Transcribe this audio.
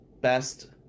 best